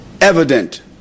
Evident